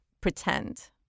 pretend